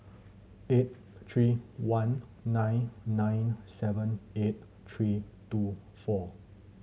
eight three one nine nine seven eight three two four